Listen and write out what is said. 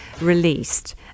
released